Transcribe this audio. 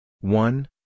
one